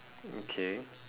okay